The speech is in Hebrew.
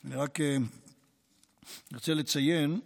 אני רק רוצה לציין,